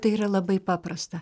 tai yra labai paprasta